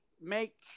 make